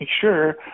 sure